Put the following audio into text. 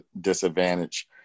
disadvantage